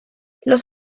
los